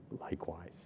likewise